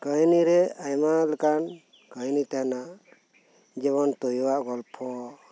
ᱠᱟᱦᱱᱤ ᱨᱮ ᱟᱭᱢᱟ ᱞᱮᱠᱟᱱ ᱠᱟᱦᱱᱤ ᱛᱟᱦᱮᱱᱟ ᱡᱮᱢᱚᱱ ᱛᱳᱭᱳᱣᱟᱜ ᱜᱚᱞᱯᱷᱚ